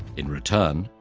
in return,